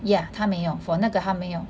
ya 他没有 for 那个他没有